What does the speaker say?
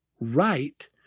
right